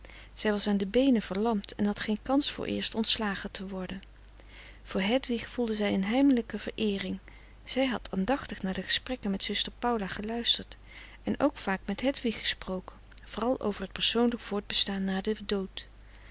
zij was aan de beenen verlamd en had geen kans vooreerst frederik van eeden van de koele meren des doods ontslagen te worden voor hedwig voelde zij een heimelijke vereering zij had aandachtig naar de gesprekken met zuster paula geluisterd en ook vaak met hedwig gesproken vooral over t persoonlijk voortbestaan na den dood